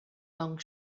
long